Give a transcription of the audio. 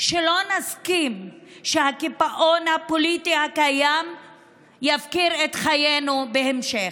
שלא נסכים שהקיפאון הפוליטי הקיים יפקיר את חיינו בהמשך.